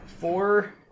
four